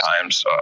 times